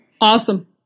Awesome